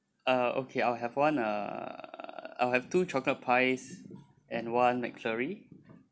uh okay I'll have one uh I'll have two chocolate pies and one McFlurry